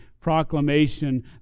proclamation